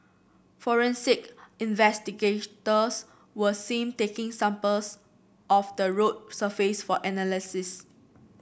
forensic investigators were seen taking samples of the road surface for analysis